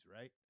right